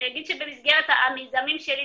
אני אגיד שבמסגרת המיזמים שלי,